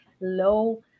low